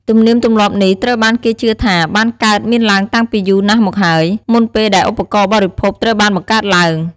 ទំនៀមទម្លាប់នេះត្រូវបានគេជឿថាបានកើតមានឡើងតាំងពីយូរយារណាស់មកហើយ មុនពេលដែលឧបករណ៍បរិភោគត្រូវបានបង្កើតឡើង។